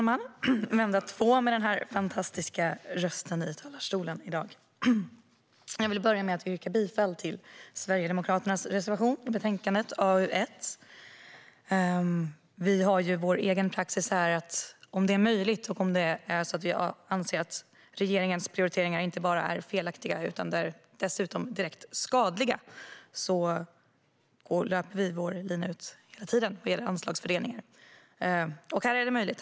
Herr talman! Jag vill börja med att yrka bifall till Sverigedemokraternas reservation i betänkandet, AU1. Vi har vår egen praxis; om det är möjligt och om vi anser att regeringens prioriteringar inte bara är felaktiga utan dessutom direkt skadliga löper vi hela tiden vår lina ut vad gäller anslagsfördelningar. Och här är det möjligt.